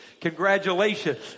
Congratulations